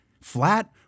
flat